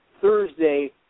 Thursday